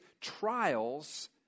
trials